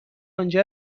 آنجا